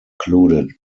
included